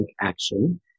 action